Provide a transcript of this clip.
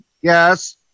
Yes